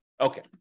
Okay